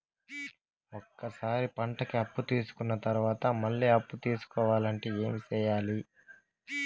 ఒక సారి పంటకి అప్పు తీసుకున్న తర్వాత మళ్ళీ అప్పు తీసుకోవాలంటే ఏమి చేయాలి?